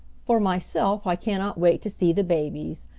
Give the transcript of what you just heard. for myself i cannot wait to see the babies.